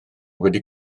wedi